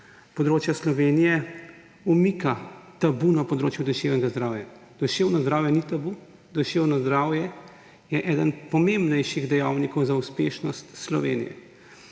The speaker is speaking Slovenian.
območja Slovenije umika tabu na področju duševnega zdravja. Duševne zdravje ni tabu, duševno zdravje je eden pomembnejših dejavnikov za uspešnost Slovenije.